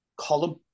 column